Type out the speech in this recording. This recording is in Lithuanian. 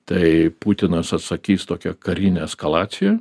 tai putinas atsakys tokia karine eskalacija